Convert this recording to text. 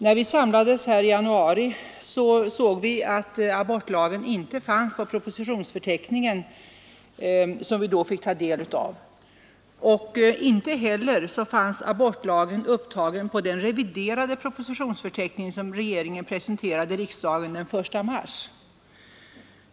När vi samlades i januari såg vi att abortlagen inte fanns med på den propositionsförteckning som vi då fick ta del av. Inte heller fanns den upptagen på den reviderade propositionsförteckning som presenterades riksdagen den 1 mars.